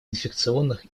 инфекционных